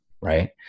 right